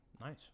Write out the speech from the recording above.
Nice